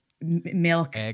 milk